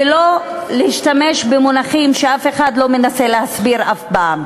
ושלא ישתמשו במונחים שאף אחד לא מנסה להסביר אף פעם.